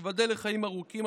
שתיבדל לחיים ארוכים,